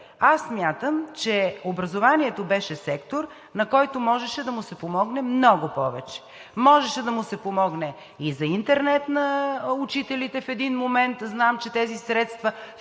е, смятам, че образованието беше сектор, на който можеше да му се помогне много повече. Можеше да му се помогне и за интернет на учителите в един момент. Знам, че тези средства